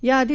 याआधी